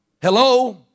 Hello